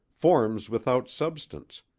forms without substance,